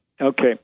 okay